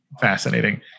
fascinating